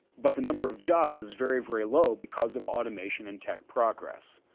but the number of jobs is very, very low, because of automation and tech progress.